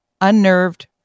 unnerved